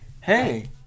Hey